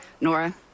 Nora